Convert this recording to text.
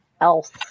else